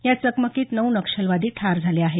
या चकमकीत नऊ नक्षलवादी ठार झाले आहेत